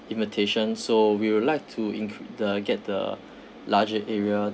invitation so we would like to in~ the get the larger area